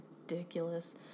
ridiculous